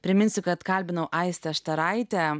priminsiu kad kalbino aistė štaraitė